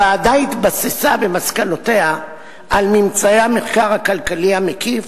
ולא מדובר רק בחברי הכנסת כץ ויחימוביץ.